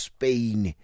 Spain